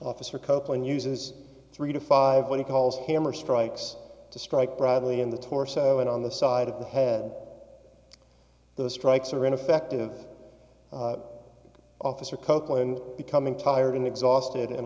officer copeland uses three to five what he calls hammer strikes to strike bradley in the torso and on the side of the head the strikes are ineffective officer copeland becoming tired and exhausted and